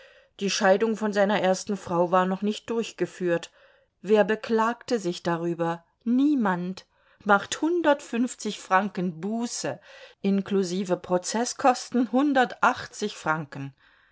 die scheidung von seiner ersten frau war noch nicht durchgeführt wer beklagte sich drüber niemand macht hundertfünfzig franken buße inklusive prozeßkosten hundertachtzig franken